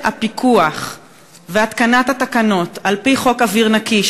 אם הפיקוח והתקנת התקנות על-פי חוק אוויר נקי,